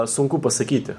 sunku pasakyti